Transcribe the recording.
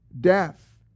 death